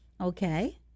Okay